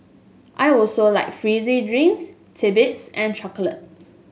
I also like fizzy drinks titbits and chocolate